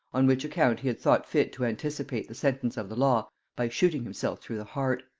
on which account he had thought fit to anticipate the sentence of the law by shooting himself through the heart.